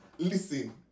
listen